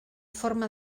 forma